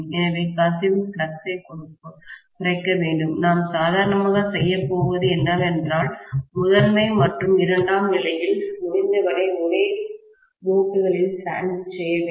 எனவே கசிவு பிளக்ஸ்ஐ குறைக்க வேண்டும்நாம் சாதாரணமாக செய்யப்போவது என்னவென்றால் முதன்மை மற்றும் இரண்டாம் நிலையில் முடிந்தவரை ஒரே மூட்டுகளில் சாண்ட்விச் செய்ய வேண்டும்